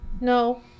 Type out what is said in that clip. No